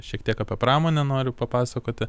šiek tiek apie pramonę noriu papasakoti